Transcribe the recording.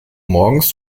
morgens